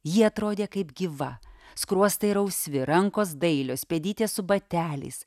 ji atrodė kaip gyva skruostai rausvi rankos dailios pėdytės su bateliais